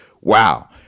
wow